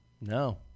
No